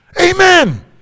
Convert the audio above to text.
Amen